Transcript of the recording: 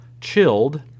chilled